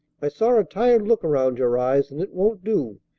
i saw a tired look around your eyes, and it won't do.